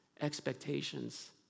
expectations